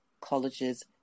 College's